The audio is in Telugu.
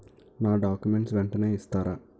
నా డాక్యుమెంట్స్ వెంటనే ఇస్తారా?